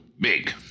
big